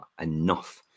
enough